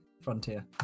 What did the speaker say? Frontier